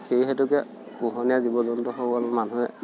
সেই হেতুকে পোহনীয়া জীৱ জন্তুসকল মানুহে